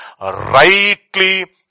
rightly